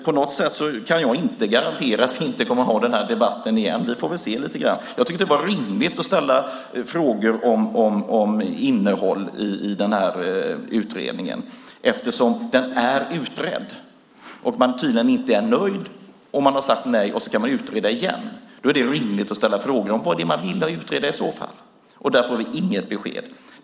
På något sätt kan jag inte garantera att vi inte kommer att ha den här debatten igen. Vi får väl se lite grann framöver. Jag har tyckt att det har varit rimligt att ställa frågor om innehåll i den här utredningen eftersom frågan är utredd. Man är tydligen inte nöjd. Man har sagt nej men ska utreda igen. Då är det rimligt att ställa frågor om vad det är man i så fall vill utreda. Där får vi inget besked.